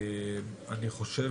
אני חושב